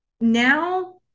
now